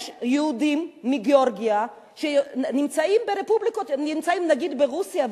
יש יהודים מגאורגיה שנמצאים נגיד ברוסיה,